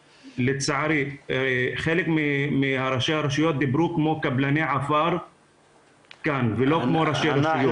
לצערי חלק מראשי הרשויות דיברו כאן כמו קבלני עפר ולא כמו ראשי רשויות.